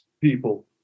people